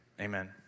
amen